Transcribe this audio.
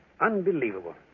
Unbelievable